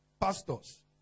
pastors